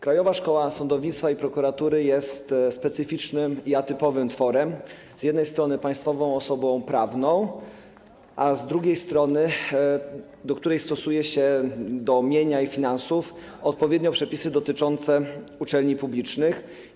Krajowa Szkoła Sądownictwa i Prokuratury jest specyficznym i atypowym tworem - z jednej strony, państwową osobą prawną, a z drugiej strony, jednostką, do której mienia i finansów stosuje się odpowiednio przepisy dotyczące uczelni publicznych.